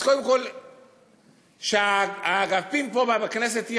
אז קודם כול שהאגפים פה בכנסת יירגעו: